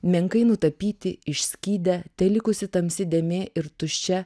menkai nutapyti išskydę telikusi tamsi dėmė ir tuščia